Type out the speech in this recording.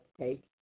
take